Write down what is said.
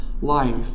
life